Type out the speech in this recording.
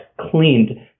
cleaned